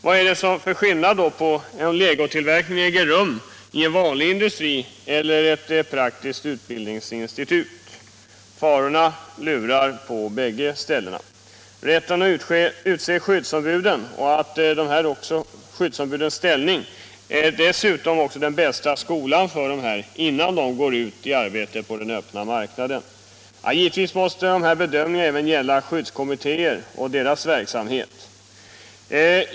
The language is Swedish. Vad är det då för skillnad om legotillverkningen äger rum i en vanlig industri eller på ett praktiskt utbildningsinstitut? Faror lurar på båda ställena. Rätten att utse skyddsombud och deras ställning som skyddsombud är dessutom också den bästa skolan, innan de går ut i arbete på den öppna marknaden. Givetvis måste de här bedömningarna också gälla skyddskommittéerna och deras verksamhet.